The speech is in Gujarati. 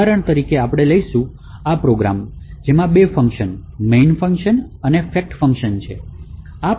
આ ઉદાહરણ તરીકે આપણે લઈશું આ પ્રોગ્રામ જેમાં બે ફંકશન main ફંકશન અને fact ફંક્શનનો સમાવેશ છે